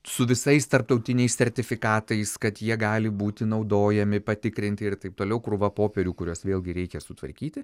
su visais tarptautiniais sertifikatais kad jie gali būti naudojami patikrinti ir taip toliau krūva popierių kuriuos vėlgi reikia sutvarkyti